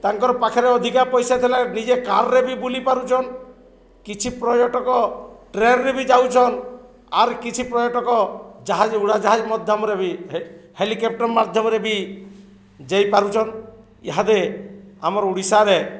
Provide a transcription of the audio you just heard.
ତାଙ୍କର ପାଖରେ ଅଧିକା ପଇସା ଥିଲା ନିଜେ କାରରେ ବି ବୁଲି ପାରୁଛନ୍ କିଛି ପର୍ଯ୍ୟଟକ ଟ୍ରେନରେ ବି ଯାଉଛନ୍ ଆର୍ କିଛି ପର୍ଯ୍ୟଟକ ଜାହାଜ ଉଡ଼ାଜାହାଜ ମାଧ୍ୟମରେ ବି ହେଲିକେପ୍ଟର ମାଧ୍ୟମରେ ବି ଯାଇପାରୁଛନ୍ ଇହାଦେ ଆମର ଓଡ଼ିଶାରେ